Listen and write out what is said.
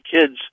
kids